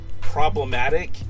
problematic